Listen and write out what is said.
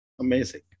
Amazing